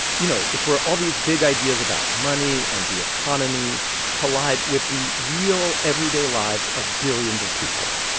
you know, it's where all these big ideas about money and the economy collide with the real everyday lives of billions of people.